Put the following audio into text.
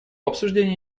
обсуждение